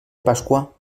pasqua